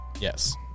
Yes